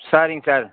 சரிங் சார்